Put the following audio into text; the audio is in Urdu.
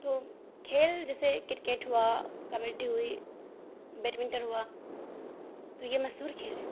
تو کھیل جیسے کرکٹ ہوا کبڈی ہوئی بیٹمنٹن ہوا تو یہ مشہور کھیل ہے